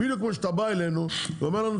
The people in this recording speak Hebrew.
בדיוק כמו שאתה בא אלינו ואומר לנו,